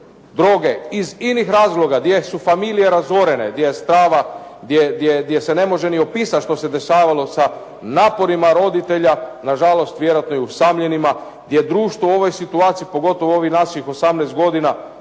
droge iz inih razloga gdje su familije razorene, gdje je strava, gdje se ne može ni opisat što se dešavalo sa naporima roditelja, nažalost vjerojatno i usamljenima gdje društvo u ovoj situaciji, pogotovo ovih naših 18 godina